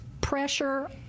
pressure